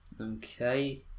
Okay